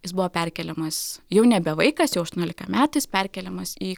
jis buvo perkeliamas jau nebe vaikas jau aštuoniolikametis perkliamas į